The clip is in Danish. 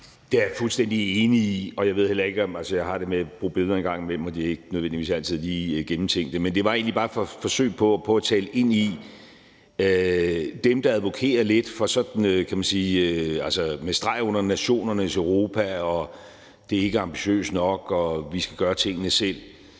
Det er jeg fuldstændig enig i. Jeg har det med at bruge billeder en gang imellem, og de er ikke nødvendigvis altid lige gennemtænkte. Men det var egentlig bare et forsøg på at tale ind i det, at nogle advokerer lidt for og med streg under nationernes Europa, og at det ikke er ambitiøst nok, og at vi skal gøre tingene selv.